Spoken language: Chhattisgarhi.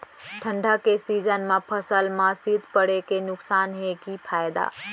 ठंडा के सीजन मा फसल मा शीत पड़े के नुकसान हे कि फायदा?